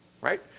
right